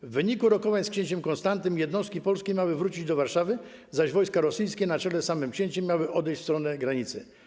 W wyniku rokowań z księciem Konstantym jednostki polskie miały wrócić do Warszawy, zaś wojska rosyjskie na czele z samym księciem miały odejść w stronę granicy.